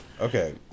okay